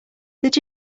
did